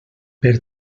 per